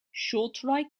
ŝultroj